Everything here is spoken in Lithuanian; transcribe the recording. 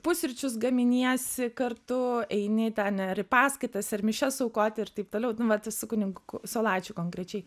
pusryčius gaminiesi kartu eini ten ar į paskaitas ar mišias aukoti ir taip toliau nu vat su kunigu saulaičiu konkrečiai